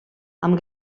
amb